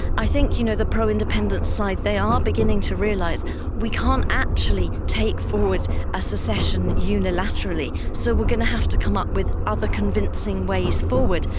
i think you know the pro-independence side, they are beginning to realise we can't actually take forward a secession unilaterally, so we're going to have to come up with other convincing ways forward.